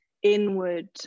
inward